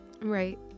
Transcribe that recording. Right